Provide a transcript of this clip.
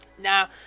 Now